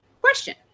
question